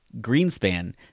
Greenspan